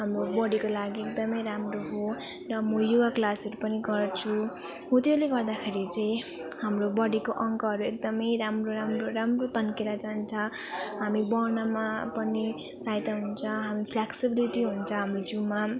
हाम्रो बडीको लागि एकदम राम्रो हो र म योगा क्लासहरू पनि गर्छु हो त्यसले गर्दाखेरि चाहिँ हाम्रो बडीको अङ्गहरू एकदम राम्रो राम्रो राम्रो तन्केर जान्छ हामी बढ्नमा पनि सहायता हुन्छ हामी फ्लेक्सिबिलिटी हुन्छ हाम्रो जिउमा